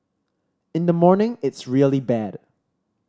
in the morning it's really bad